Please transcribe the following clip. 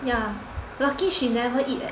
ya lucky she never eat eh